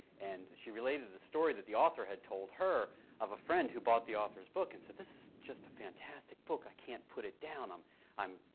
and she related a story that the author had told her of a friend who bought the authors book and said, this is just a fantastic book! i can't put it down! um i'm,